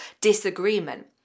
disagreement